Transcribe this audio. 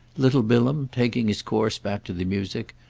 little bilham, taking his course back to the music,